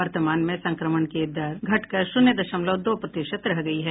वर्तमान में संक्रमण की दर घटकर शून्य दशमलव दो प्रतिशत रह गयी है